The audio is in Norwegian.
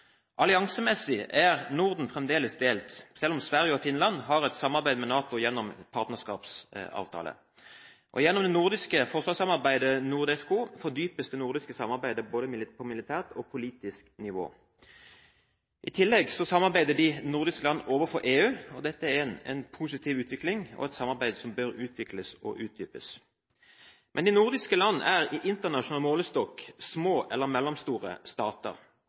Alliansemessig er Norden fremdeles delt, men Sverige og Finland har et samarbeid med NATO gjennom en partnerskapsavtale, og gjennom det nordiske forsvarssamarbeidet NORDEFCO fordypes det nordiske samarbeidet på både militært og politisk nivå. I tillegg samarbeider de nordiske land overfor EU. Dette er en positiv utvikling og et samarbeid som bør utvikles og utdypes. De nordiske land er i internasjonal målestokk små eller mellomstore stater.